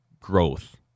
growth